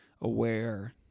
aware